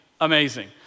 amazing